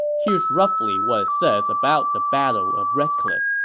here's roughly what it says about the battle of red cliff